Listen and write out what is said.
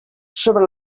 sobre